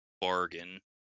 bargain